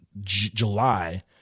July